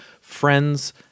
friends